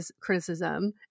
criticism